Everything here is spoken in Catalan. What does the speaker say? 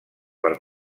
per